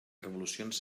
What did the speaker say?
revolucions